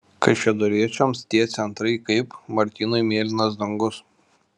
kaišiadoriečiams tie centrai kaip martynui mėlynas dangus